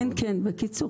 כן, כן, בקיצור.